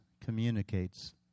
communicates